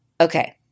Okay